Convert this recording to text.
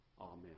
Amen